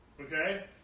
Okay